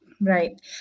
Right